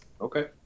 Okay